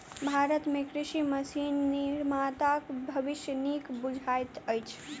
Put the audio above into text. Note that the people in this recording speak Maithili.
भारत मे कृषि मशीन निर्माताक भविष्य नीक बुझाइत अछि